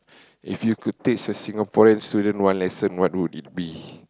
if you could teach a Singaporean student one lesson what would it be